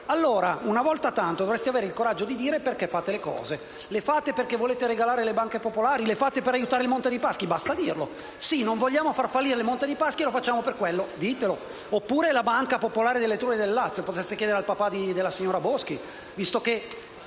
Allora, una volta tanto, dovreste avere il coraggio di dire perché fate le cose. Le fate perché volete regalare le banche popolari? Le fate per aiutare il Monte dei Paschi di Siena? Basta dirlo: sì, non vogliamo far fallire il Monte dei Paschi e lo facciamo per quello. Ditelo. Oppure la Banca popolare dell'Etruria e del Lazio: potreste chiedere al papà della signora Boschi *(Applausi